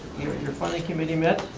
you're funding committee met.